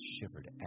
shivered